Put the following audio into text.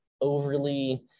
overly